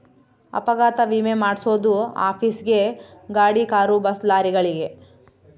ಅಪಘಾತ ವಿಮೆ ಮಾದ್ಸೊದು ಆಫೀಸ್ ಗೇ ಗಾಡಿ ಕಾರು ಬಸ್ ಲಾರಿಗಳಿಗೆ